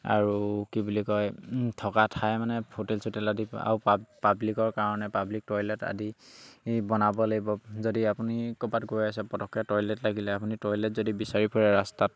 আৰু কি বুলি কয় থকা ঠাই মানে হোটেল চোটেল আদি আৰু পা পাব্লিকৰ কাৰণে পাব্লিক টয়লেট আদি ই বনাব লাগিব যদি আপুনি ক'ৰবাত গৈ আছে পতককৈ টয়লেট লাগিলে আপুনি টয়লেট যদি বিচাৰি ফুৰে ৰাস্তাত